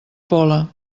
pola